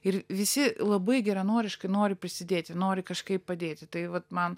ir visi labai geranoriškai nori prisidėti nori kažkaip padėti tai vat man